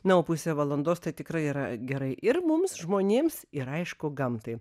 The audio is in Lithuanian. na o pusė valandos tai tikrai yra gerai ir mums žmonėms ir aišku gamtai